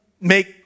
make